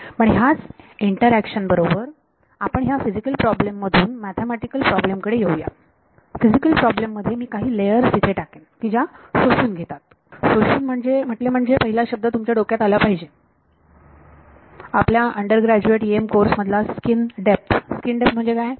म्हणून ह्याच इंटरॅक्शन्स बरोबर आपण ह्या फिजिकल प्रॉब्लेम मधून मॅथेमॅटिकल प्रॉब्लेम कडे जाऊया फिजिकल प्रॉब्लेम मध्ये मी काही लेअर्स इथे टाकेन की ज्या शोषून घेतात शोषून म्हटले म्हणजे पहिला शब्द तुमच्या डोक्यात आला पाहिजे आपल्या अंडरग्रॅजुएट EM कोर्स मधला स्कीन डेप्थ स्कीन डेप्थ म्हणजे काय